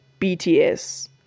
BTS